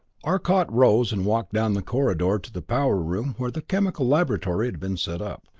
arcot rose and walked down the corridor to the power room where the chemical laboratory had been set up.